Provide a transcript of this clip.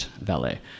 valet